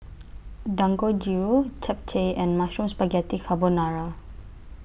Dangojiru Japchae and Mushroom Spaghetti Carbonara